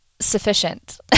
sufficient